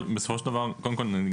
קודם כל,